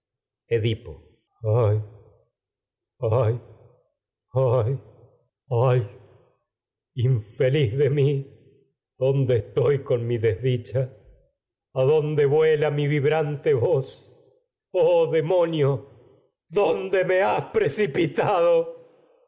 ay ay ayray infeliz de mi dónde mi vibrante es toy con mi desdicha adonde vuela me voz oh demonio dónde coro en edipo monstruo has precipitado